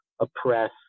oppress